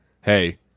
hey